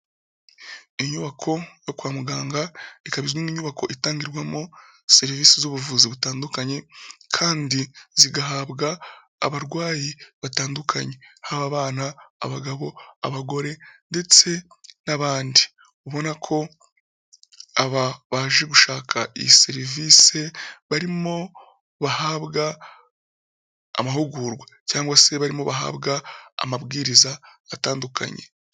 Inyubako yo kwa muganga ikaba nk'inyubako itangirwamo serivisi z'ubuvuzi butandukanye, kandi zigahabwa abarwayi batandukanye. Hab abana, abagabo, abagore ndetse n'abandi. Ubona ko aba baje gushaka iyi serivisi barimo bahabwa amahugurwa. Cyangwa se barimo bahabwa amabwiriza atandukanye.